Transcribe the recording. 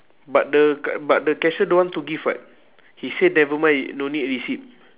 but the but the cashier don't want give what he say never mind no need receipt